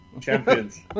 champions